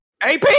AP